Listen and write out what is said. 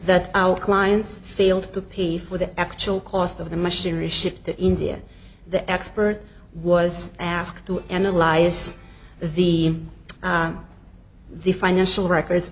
that our clients failed to pay for the actual cost of the machinery shipped to india the expert was asked to analyze the the financial records